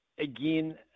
Again